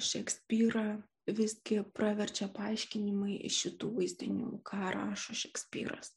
šekspyrą visgi praverčia paaiškinimai šitų vaizdinių ką rašo šekspyras